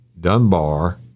Dunbar